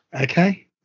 Okay